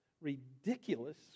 ridiculous